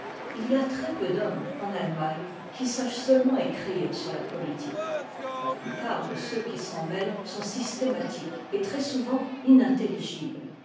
h y a très-peu d'hommes en allemagne qui sachent seulement écrire sur la politique la plupart de ceux qui s'en mêlent sont systématiques et très souvent inintelligibles